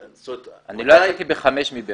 אני לא יצאתי ב-17:00 מבאר שבע.